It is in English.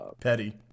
Petty